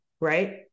right